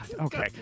Okay